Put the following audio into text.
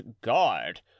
Guard